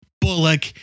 Bullock